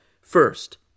first